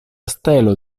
stelo